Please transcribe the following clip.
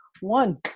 One